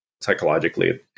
psychologically